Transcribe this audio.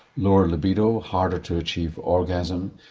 lower libido, harder to achieve orgasm.